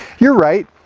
you're right.